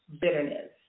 bitterness